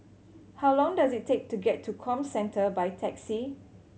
how long does it take to get to Comcentre by taxi